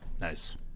Nice